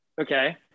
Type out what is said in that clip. Okay